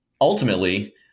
ultimately